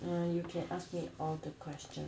ya you can ask me all the question